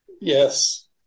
Yes